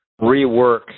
rework